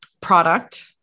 product